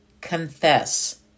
Confess